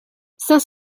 cinq